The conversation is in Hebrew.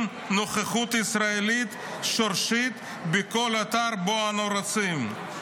נוכחות ישראלית שורשית בכל אתר בו אנו רוצים".